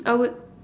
I would